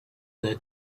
their